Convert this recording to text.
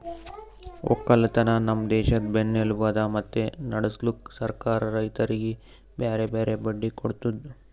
ಒಕ್ಕಲತನ ನಮ್ ದೇಶದ್ ಬೆನ್ನೆಲುಬು ಅದಾ ಮತ್ತೆ ನಡುಸ್ಲುಕ್ ಸರ್ಕಾರ ರೈತರಿಗಿ ಬ್ಯಾರೆ ಬ್ಯಾರೆ ಬಡ್ಡಿ ಕೊಡ್ತುದ್